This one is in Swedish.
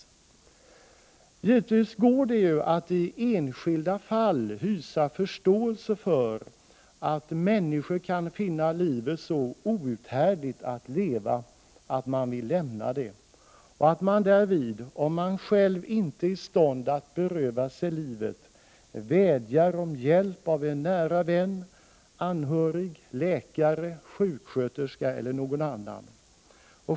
SKeCasiesällag tll Givetvis går det att i enskilda fall hysa förståelse för att människor kan GARSTJUP: TER finna livet så outhärdligt att leva att de vill lämna det, och att de därvid, om de själva inte är i stånd att beröva sig livet, vädjar om hjälp av nära vän, anhörig, läkare, sjuksköterska eller någon annan.